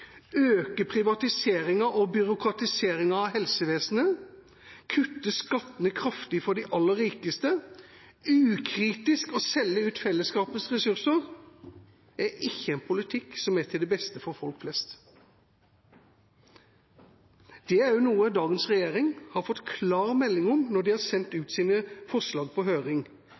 øke privatiseringa og byråkratiseringa av helsevesenet, kutte skattene kraftig for de aller rikeste og ukritisk selge ut fellesskapets ressurser er ikke en politikk som er til det beste for folk flest. Det har dagens regjering fått klar melding om når de har sendt ut sine forslag på høring,